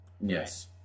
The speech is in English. Yes